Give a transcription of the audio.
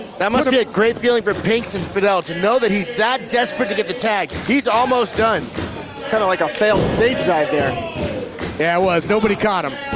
that must be a great feeling for pinx and fidel, to know that he's that desperate to get the tag. he's almost done. kind of like a failed stage dive there. yeah it was, nobody caught him.